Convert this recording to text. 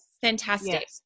fantastic